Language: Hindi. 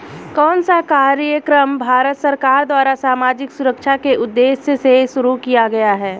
कौन सा कार्यक्रम भारत सरकार द्वारा सामाजिक सुरक्षा के उद्देश्य से शुरू किया गया है?